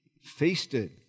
feasted